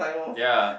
ya